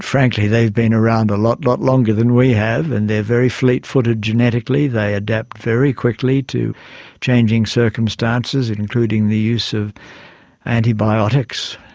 frankly they've been around a lot, lot longer than we have and they are very fleetfooted genetically, they adapt very quickly to changing circumstances, including the use of antibiotics.